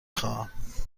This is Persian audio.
خواهم